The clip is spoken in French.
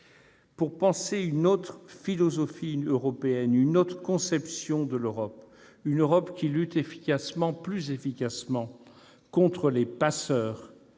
promouvoir une autre philosophie européenne, une autre conception de l'Europe : une Europe qui lutte plus efficacement contre les passeurs,